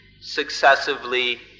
successively